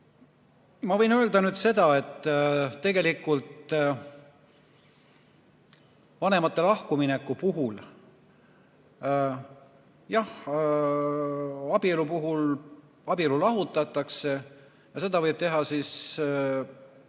Ma võin öelda seda, et tegelikult vanemate lahkumineku puhul, jah, abielu puhul abielu lahutatakse ja seda võib teha poolte